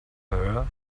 her